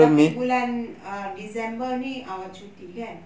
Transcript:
tapi bulan december ini awak cuti kan